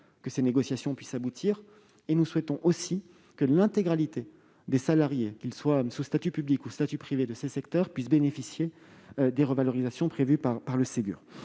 que ces négociations puissent aboutir, et nous souhaitons, aussi, que l'intégralité des salariés concernés, qu'ils soient sous statut public ou sous statut privé, puisse bénéficier des revalorisations prévues par le Ségur.